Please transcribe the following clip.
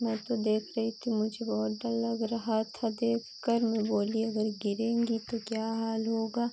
मैं तो देख रही थी मुझे बहुत डर लग रहा था देखकर मैं बोली अगर गिरेंगी तो क्या हाल होगा